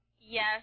Yes